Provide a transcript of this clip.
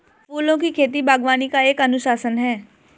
फूलों की खेती, बागवानी का एक अनुशासन है